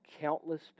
countless